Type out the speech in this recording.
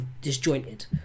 disjointed